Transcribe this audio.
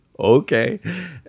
okay